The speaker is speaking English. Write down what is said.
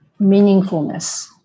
meaningfulness